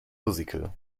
musical